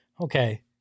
okay